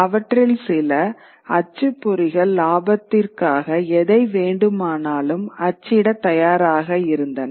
அவற்றில் சிலர் அச்சுப்பொறிகள் லாபத்திற்காக எதை வேண்டுமானாலும் அச்சிட தயாராக இருந்தனர்